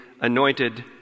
anointed